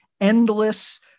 endless